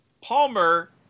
Palmer